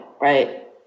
right